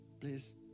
please